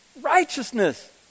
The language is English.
righteousness